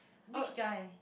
which guy